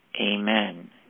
Amen